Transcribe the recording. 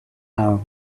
our